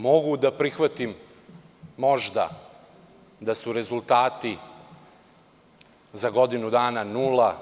Mogu da prihvatim možda da su rezultati za godinu dana nula.